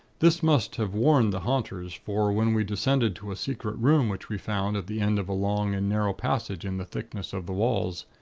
this must have warned the haunters for when we descended to a secret room which we found at the end of a long and narrow passage in the thickness of the walls,